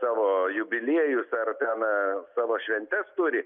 savo jubiliejus ar ten savo šventes turi